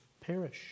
perish